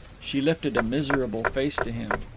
she lifted a miserable face to him.